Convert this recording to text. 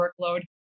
workload